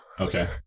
okay